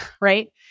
right